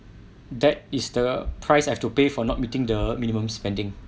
that is the price I have to pay for not meeting the minimum spending